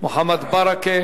מוחמד ברכה,